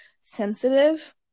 sensitive